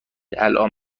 الآن